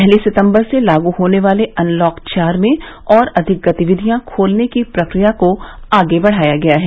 पहली सितंबर से लागू होने वाले अनलॉक चार में और अधिक गतिविधियां खोलने की प्रक्रिया को आगे बढ़ाया गया है